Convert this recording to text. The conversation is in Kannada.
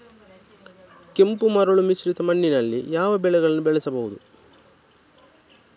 ಕೆಂಪು ಮರಳು ಮಿಶ್ರಿತ ಮಣ್ಣಿನಲ್ಲಿ ಯಾವ ಬೆಳೆಗಳನ್ನು ಬೆಳೆಸಬಹುದು?